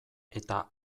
eta